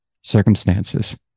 circumstances